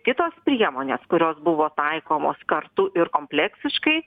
kitos priemonės kurios buvo taikomos kartu ir kompleksiškai